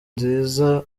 nziza